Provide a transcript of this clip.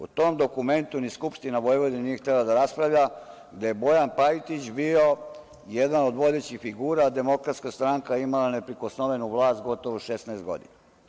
U tom dokumentu ni Skupštine Vojvodine nije htela da raspravlja da je Bojan Pajtić bio jedan od vodećih figura, DS ima neprikosnovenu vlast gotovo 16 godina.